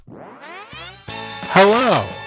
Hello